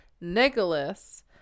Nicholas